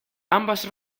ambas